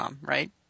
right